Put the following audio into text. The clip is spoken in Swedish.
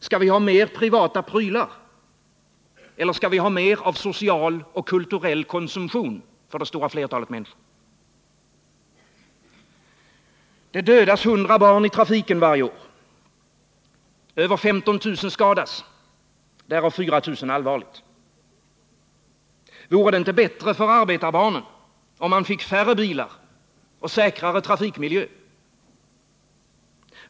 Skall vi ha fler privata prylar eller skall vi ha mer social och kulturell konsumtion för det stora flertalet? Det dödas 100 barn i trafiken varje år, över 15 000 skadas, därav 4 000 allvarligt. Vore det inte bättre för arbetarbarnen med färre bilar och säkrare trafikmiljö?